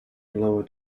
lower